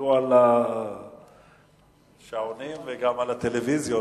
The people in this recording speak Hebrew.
תסתכלו על השעונים וגם במסכי הטלוויזיה,